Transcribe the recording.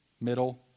middle